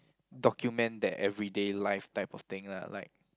document that everyday life type of thing lah like